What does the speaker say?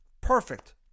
Perfect